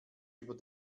über